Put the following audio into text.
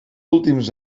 últims